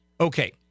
Okay